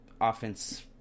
offense